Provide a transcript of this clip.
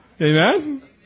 amen